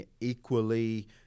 equally